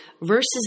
versus